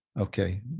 Okay